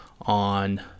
on